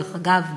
דרך אגב,